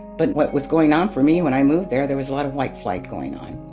but what was going on for me when i moved there, there was a lot of white flight going on.